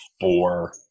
four